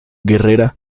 guerrera